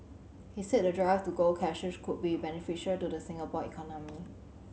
he said the drive to go cashless could be beneficial to the Singapore economy